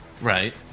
Right